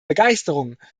begeisterung